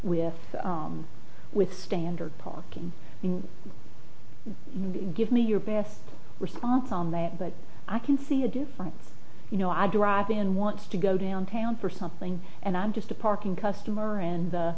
have with standard parking in the give me your best response on that but i can see a different you know i drive in wants to go downtown for something and i'm just a parking customer and the